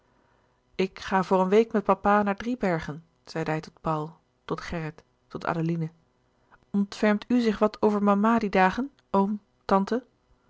ik ga voor een week met papa naar driebergen zeide hij tot paul tot gerrit tot louis couperus de boeken der kleine zielen adeline ontfermt u zich wat over mama die dagen oom tante